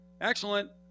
Excellent